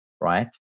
right